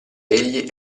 egli